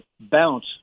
bounce